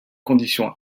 condition